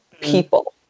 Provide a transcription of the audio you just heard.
people